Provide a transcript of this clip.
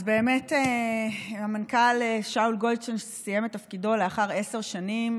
אז באמת המנכ"ל שאול גולדשטיין סיים את תפקידו לאחר עשר שנים,